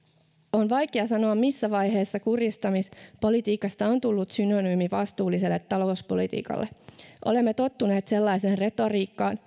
on vaikea sanoa missä vaiheessa kurjistamispolitiikasta on tullut synonyymi vastuulliselle talouspolitiikalle olemme tottuneet sellaiseen retoriikkaan